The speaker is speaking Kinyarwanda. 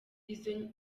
izo